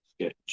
sketch